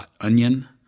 .onion